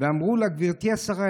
ואמרו לה: גברתי השרה,